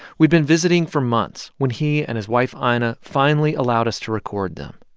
we'd been visiting for months when he and his wife ah ina finally allowed us to record them.